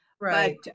Right